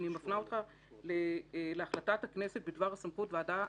אני מפנה אותך להחלטת הכנסת בדבר סמכות ועדה